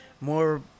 more